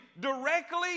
directly